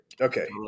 okay